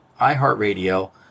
iHeartRadio